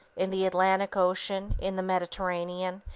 in the atlantic ocean, in the mediterranean,